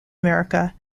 america